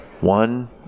One